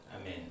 Amen